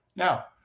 Now